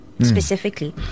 specifically